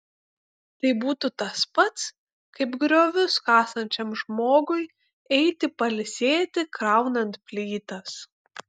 tai būtų tas pats kaip griovius kasančiam žmogui eiti pailsėti kraunant plytas